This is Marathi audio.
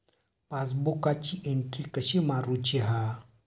पासबुकाची एन्ट्री कशी मारुची हा?